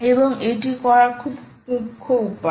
এবং এটি করার খুব মুখ্য উপায়